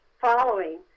following